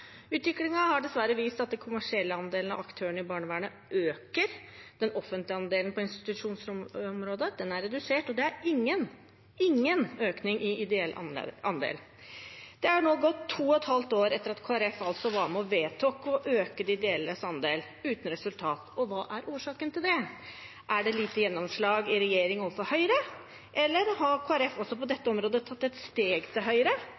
barnevernet øker, den offentlige andelen på institusjonsområdet er redusert, og det er ingen – ingen! – økning i ideell andel. Det har nå gått to og et halvt år etter at Kristelig Folkeparti altså var med og vedtok å øke de ideelles andel – uten resultat. Hva er årsaken til det? Er det lite gjennomslag i regjering overfor Høyre, eller har Kristelig Folkeparti også på dette området tatt et steg til høyre